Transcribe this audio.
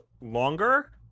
longer